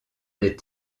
des